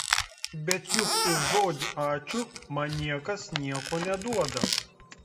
bet juk už žodį ačiū man niekas nieko neduoda